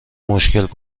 مشکل